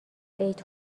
عید